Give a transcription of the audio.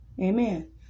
amen